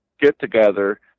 get-together